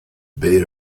beta